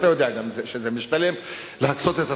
אתה יודע גם שזה משתלם להקצות את התקציבים.